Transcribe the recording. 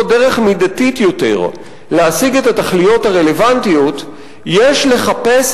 דרך מידתית יותר להשיג את התכליות הרלוונטיות יש לחפש